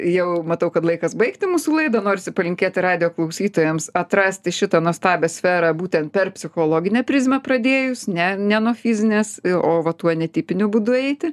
jau matau kad laikas baigti mūsų laidą norisi palinkėti radijo klausytojams atrasti šitą nuostabią sferą būtent per psichologinę prizmę pradėjus ne ne nuo fizinės o va tuo netipiniu būdu eiti